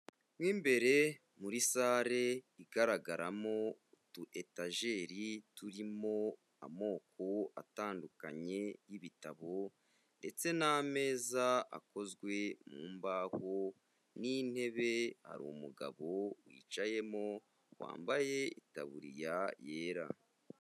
Mo imbere muri sale igaragaramo utuyetajeri turimo amoko atandukanye y'ibitabo ndetse n'ameza akozwe mu mbaho n'intebe, hari umugabo wicayemo wambaye itaburiya yera.